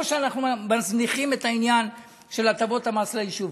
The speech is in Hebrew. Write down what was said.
או שאנחנו מזניחים את העניין של הטבות המס ליישובים.